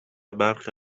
برخی